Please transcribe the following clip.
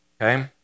Okay